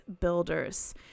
builders